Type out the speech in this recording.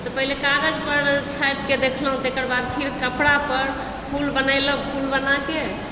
तऽ पहिले कागज पर छापि कए देखलहुॅं तेकर बाद फेर कपड़ा पर फूल बनेलहुॅं फूल बनाए के